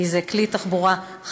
כי זה כלי תחבורה חשוב,